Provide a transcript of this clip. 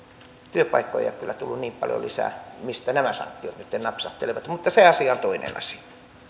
työpaikkoja ei ole kyllä tullut niin paljon lisää mistä nämä sanktiot nytten napsahtelevat mutta se asia on toinen asia